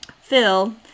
Phil